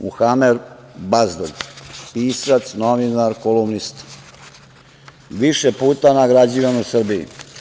Ovo je Muhamer Bazdulj, pisac, novinar, kolumnista, više puta nagrađivan u Srbiji.